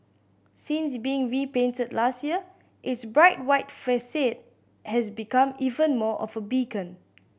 since being repainted last year its bright white facade has become even more of a beacon